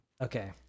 Okay